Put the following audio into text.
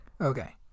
Okay